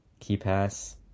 KeyPass